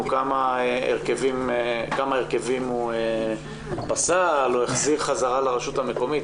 כמה הרכבים הוא פסל או החזיר חזרה לרשות המקומית.